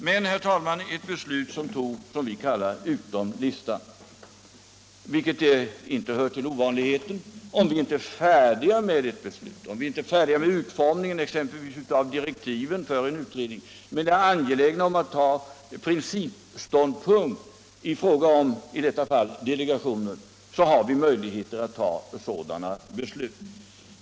Men, herr talman, det var ett beslut som ”togs utom listan” — det hör inte till ovanligheten om vi inte är färdiga med ett ärende, exempelvis när det gäller utformningen av direktiven till en utredning. Inför det angelägna i att ta principiell ståndpunkt, i detta fall till frågan om en delegation, har vi möjligheter att fatta sådana beslut.